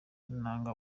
nanga